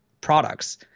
products